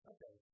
Okay